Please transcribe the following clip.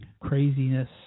craziness